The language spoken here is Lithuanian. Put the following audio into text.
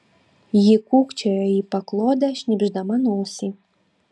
ji kūkčiojo į paklodę šnypšdama nosį